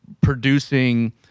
producing